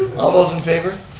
all those in favor?